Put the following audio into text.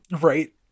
Right